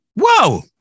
Whoa